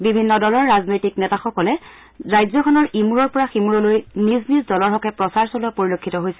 বিভিন্ন দলৰ ৰাজনৈতিক নেতাসকলে ৰাজ্যখনৰ ইমূৰৰ পৰা সিমূৰ লৈ নিজ নিজ দলৰ হকে প্ৰচাৰ চলোৱা পৰিলক্ষিত হৈছে